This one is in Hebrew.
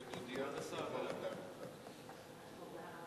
ההצעה להעביר את הצעת חוק תשלומים לפדויי שבי (תיקון מס'